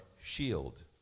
shield